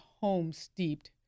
home-steeped